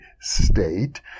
state